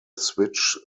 switch